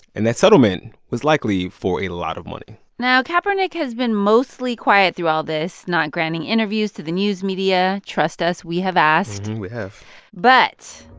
and that settlement was likely for a lot of money now, kaepernick has been mostly quiet through all this, not granting interviews to the news media. trust us, we have asked and we have but.